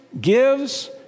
gives